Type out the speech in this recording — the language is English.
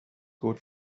good